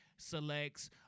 selects